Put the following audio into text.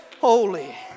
Holy